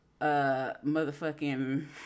Motherfucking